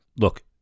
look